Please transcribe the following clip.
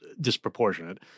disproportionate